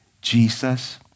Jesus